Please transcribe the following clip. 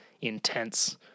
intense